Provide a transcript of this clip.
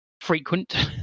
frequent